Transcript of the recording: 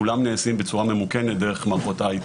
כולם נעשים בצורה ממוכנת דרך מערכות ה-IT.